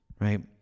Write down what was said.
right